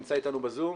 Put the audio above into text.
נמצא איתנו בזום.